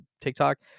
TikTok